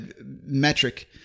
metric